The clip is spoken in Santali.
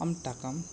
ᱟᱢ ᱴᱟᱠᱟᱢ